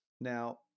now